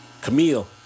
Camille